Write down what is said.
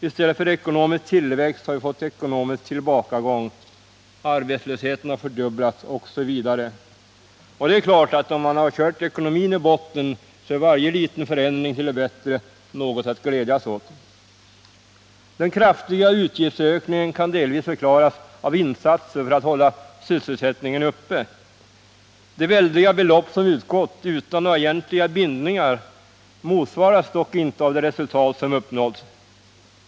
I stället för ekonomisk tillväxt har vi fått ekonomisk tillbakagång. Arbetslösheten har fördubblats osv. Det är klart att om man kört ekonomin i botten, så är varje liten förändring till det bättre något att glädjas åt. Den kraftiga utgiftsökningen kan delvis förklaras av insatser för att hålla sysselsättningen uppe. De väldiga belopp som utgått utan några egentliga bindningar motsvaras dock inte av de resultat som uppnåtts.